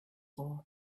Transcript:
war